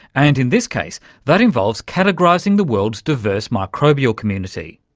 and in this case that involves categorising the world's diverse microbial community.